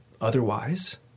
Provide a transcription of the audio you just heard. Otherwise